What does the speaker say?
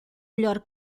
melhor